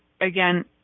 again